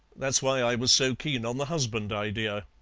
that's why i was so keen on the husband idea.